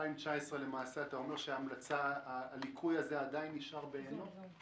אתה אומר שהליקוי נשאר בעינו גם ב-2019?